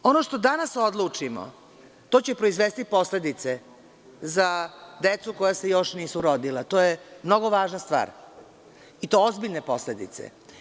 Ono što danas odlučimo, to će proizvesti posledice za decu koja se još nisu rodila i to je mnogo važna stvar, i to ozbiljne posledice.